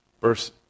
Verse